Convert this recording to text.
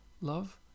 love